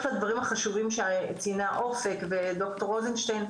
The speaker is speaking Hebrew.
לדברים החשובים שציינה אופק וד"ר רוזנשטיין,